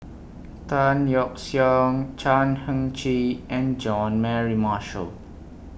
Tan Yeok Seong Chan Heng Chee and Jean Mary Marshall